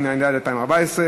התשע"ד 2014,